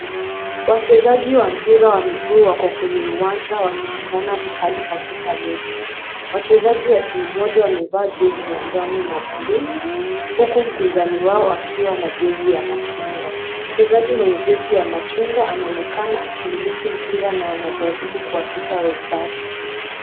Wachezaji wa mpira wa miguu wako kwenye uwanja wakishindana vikali katika mechi. Wachezaji wa timu moja wamevaa jezi za njano na bluu huku mpinzani wao akiwa na jezi ya machungwa. Mchezaji mwenye jezi ya machungwa anaonekana akimiliki mpira na anajaribu kuwapita wenzake.